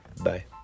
Bye